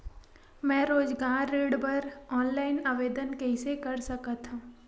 मैं रोजगार ऋण बर ऑनलाइन आवेदन कइसे कर सकथव?